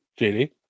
JD